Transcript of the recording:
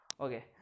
Okay